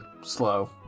slow